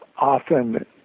Often